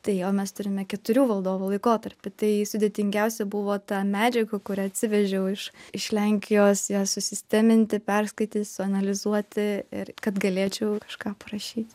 tai jau mes turime keturių valdovų laikotarpį tai sudėtingiausia buvo tą medžiagą kurią atsivežiau iš iš lenkijos ją susisteminti perskaityt suanalizuoti ir kad galėčiau kažką parašyt